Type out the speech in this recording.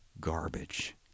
garbage